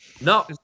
No